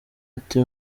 ati